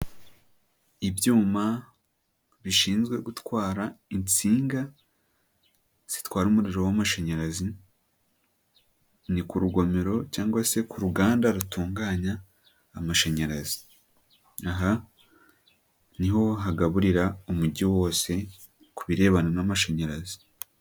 Ibyuma bishinzwe gutwara insinga zitwara umuriro w'amashanyarazi, ni ku rugomero cyangwag se ku ruganda rutunganya amashanyarazi, aha ni ho hagaburira umujyi wose ku birebana n'amashanyarazi.